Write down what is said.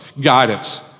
guidance